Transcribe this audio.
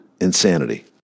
insanity